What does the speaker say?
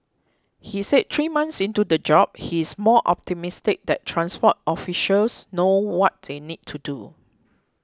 he said three months into the job he is more optimistic that transport officials know what they need to do